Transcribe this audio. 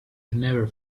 never